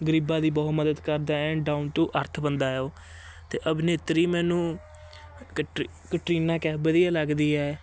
ਗਰੀਬਾਂ ਦੀ ਬਹੁਤ ਮਦਦ ਕਰਦਾ ਐਨ ਡਾਊਨ ਟੂ ਅਰਥ ਬੰਦਾ ਹੈ ਉਹ ਅਤੇ ਅਭਿਨੇਤਰੀ ਮੈਨੂੰ ਕਟ ਕਟਰੀਨਾ ਕੈਫ ਵਧੀਆ ਲੱਗਦੀ ਹੈ